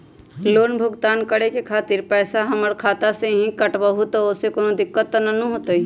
Loan भुगतान करे के खातिर पैसा हमर खाता में से ही काटबहु त ओसे कौनो दिक्कत त न होई न?